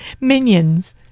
minions